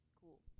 cool